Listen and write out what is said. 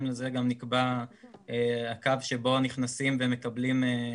לזה גם נקבע הקו שבו נכנסים ומקבלים את הסיוע.